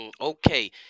Okay